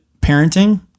parenting